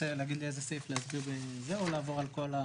אתה רוצה להגיד לי איזה סעיף להסביר או לעבור על הכל?